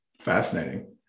Fascinating